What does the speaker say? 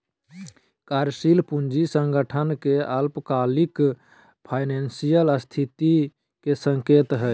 कार्यशील पूंजी संगठन के अल्पकालिक फाइनेंशियल स्थिति के संकेतक हइ